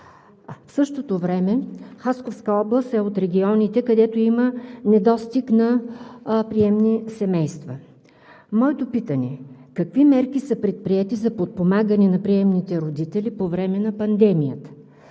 В същото време Хасковска област е от регионите, където има недостиг на приемни семейства. Моето питане е: какви мерки са предприети за подпомагане на приемните родители по време на пандемията?